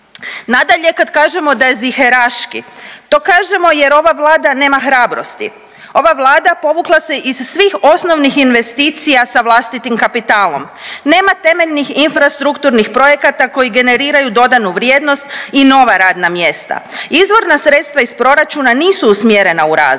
Nadalje, kad kažemo da je ziheraški to kažemo jer ova Vlada nema hrabrosti, ova Vlada povukla se iz svih osnovnih investicija sa vlastitim kapitalom, nema temeljnih infrastrukturnih projekata koji generiraju dodanu vrijednost i nova radna mjesta. Izvorna sredstva iz proračuna nisu usmjerena u razvoj,